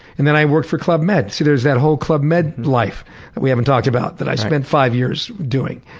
and then i worked for club med. see, there's that whole club med life that we haven't talked about that i spent five years doing.